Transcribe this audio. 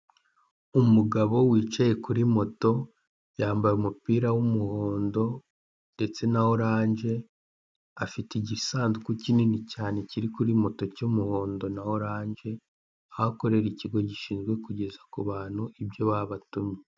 Umugabo wicaye kuri moto yambaye umupira w'umuhondo ndetse na oranje afite igite igisanduku kinini cyane kiri kuri moto cy'umuhondo na oranje, aho akorera ikigo gishinzwe kugeza ku bantu ibyo babatumye.